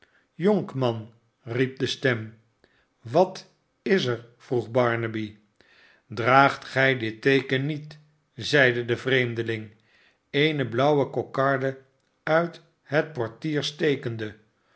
riep de stem j wat is er vroeg barnaby draagt gij dit teeken niet zeide de vreemdeling eene blauwe kokarde uit het portier stekende